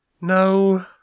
no